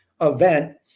event